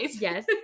yes